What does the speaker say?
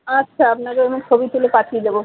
আচ্ছা আপনাকে আমি ছবি তুলে পাঠিয়ে দেবো